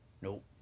Nope